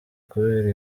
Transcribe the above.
kubera